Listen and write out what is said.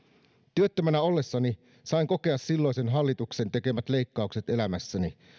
työttömänä ollessani sain kokea silloisen hallituksen tekemät leikkaukset elämässäni